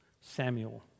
Samuel